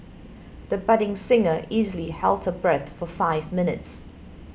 the budding singer easily held her breath for five minutes